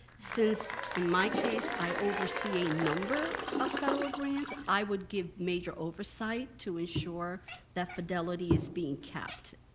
since, in my case, i oversee a number of federal grants, i would give major oversight to assure that fidelity is being kept.